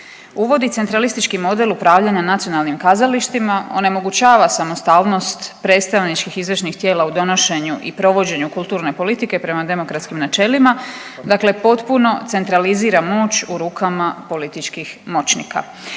uvodi centralistički model upravljanja nacionalnim kazalištima, onemogućava samostalnost predstavničkih izvršnih tijela u donošenju i provođenju kulturne politike prema demokratskim načelima, dakle potpuno centralizira moć u rukama političkih moćnika.